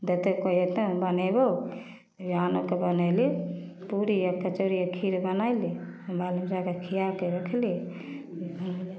देतै तऽ कोइ अएतै बनेबौ बिहान होके बनैली पूड़ी आओर कचौड़ी आओर खीर बनैली बाल बच्चाके खिआके रखली